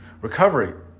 Recovery